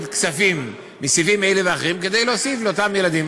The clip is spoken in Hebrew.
כספים מסעיפים אלה ואחרים כדי להוסיף לאותם ילדים.